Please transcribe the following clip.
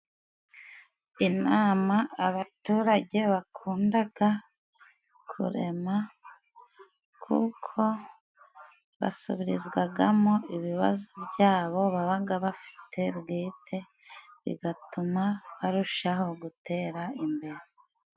Inama abaturage bakundaga kurema kuko basubirizwagamo ibibazo byabo babaga bafite bwite, bigatuma barushaho gutera imbere.